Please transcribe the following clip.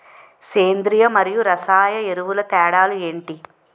సేంద్రీయ మరియు రసాయన ఎరువుల తేడా లు ఏంటి?